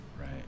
right